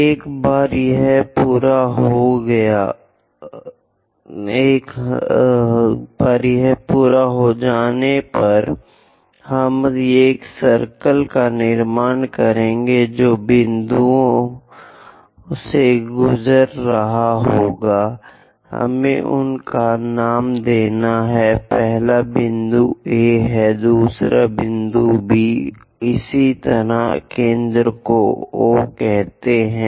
एक बार यह पूरा हो जाने पर हम एक सर्किल का निर्माण करेंगे जो दोनों बिंदुओं से होकर गुजरेगा हमें उनका नाम देना है पहला बिंदु A है दूसरा बिंदु B है इस केंद्र को O कहते हैं